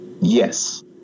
Yes